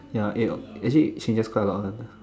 ya it it actually changes quite a lot one